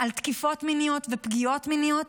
על תקיפות מיניות ופגיעות מיניות,